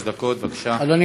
אדוני היושב-ראש,